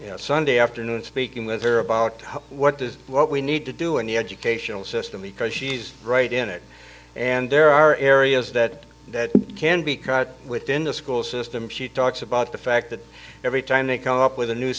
our sunday afternoon speaking with her about what does what we need to do in the educational system because she's right in it and there are areas that can be cut within the school system she talks about the fact that every time they come up with a new